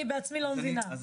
אני בעצמי לא מבינה.